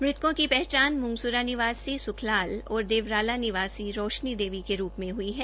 मृतकों की पहचान मूंगसरा निवासी सुख लाल और देवराला निवासी रोशनी देवी के रूप् में हई है